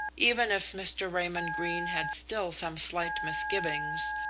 even if mr. raymond greene had still some slight misgivings,